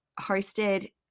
hosted